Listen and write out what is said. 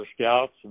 scouts